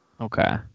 Okay